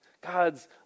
God's